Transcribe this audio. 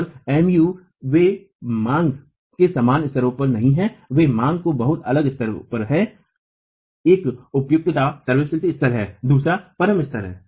और Muएम यू वे मांग के समान स्तरों पर नहीं हैं वे मांग के बहुत अलग स्तरों पर हैं एक उपयुक्तता स्तर है दूसरा परम स्तर है